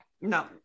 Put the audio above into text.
No